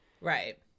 right